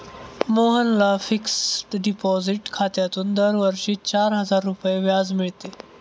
मोहनला fixed deposit खात्यातून दरवर्षी चार हजार रुपये व्याज मिळते